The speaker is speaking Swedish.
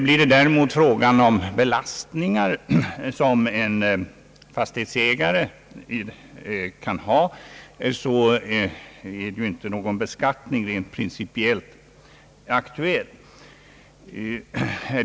Blir det däremot fråga om belastningar som en fastighetsägare kan utsättas för är någon beskattning rent principiellt inte aktuell.